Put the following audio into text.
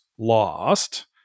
Lost